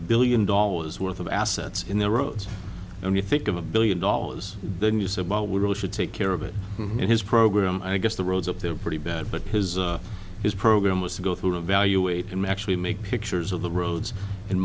billion dollars worth of assets in the roads and you think of a billion dollars then use about we really should take care of it in his program i guess the roads up there are pretty bad but his his program was to go through evaluate him actually make pictures of the roads and